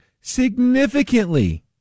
significantly